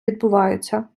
відбуваються